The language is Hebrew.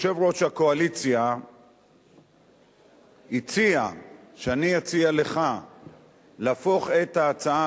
יושב-ראש הקואליציה הציע שאני אציע לך להפוך את ההצעה